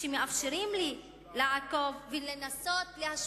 שמאפשרים לי לעקוב ולנסות להשפיע,